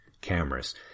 cameras